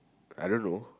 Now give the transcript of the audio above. I don't know